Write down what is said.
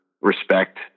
respect